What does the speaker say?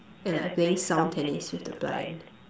and like playing sound tennis with the blind